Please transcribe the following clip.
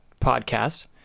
podcast